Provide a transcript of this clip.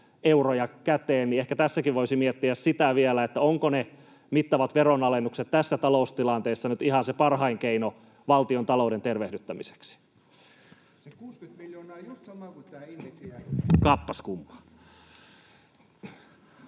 euroja käteen. Ehkä tässäkin voisi miettiä vielä sitä, ovatko ne mittavat veronalennukset tässä taloustilanteessa nyt ihan se parhain keino valtiontalouden tervehdyttämiseksi. [Aki Lindén: Se 60 miljoonaa on just sama kuin tämä indeksijäädytys!] — Kappas kummaa.